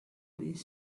this